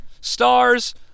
stars